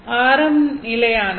ஆரம் நிலையானது